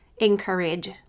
encourage